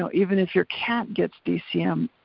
so even if your cat gets dcm,